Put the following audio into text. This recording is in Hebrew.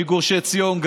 גם מגוש עציון,